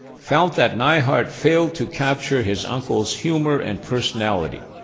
felt that neihardt failed to capture his uncle's humor and personality.